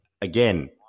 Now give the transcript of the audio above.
again